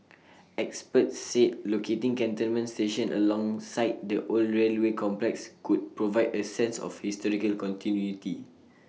experts said locating Cantonment station alongside the old railway complex could provide A sense of historical continuity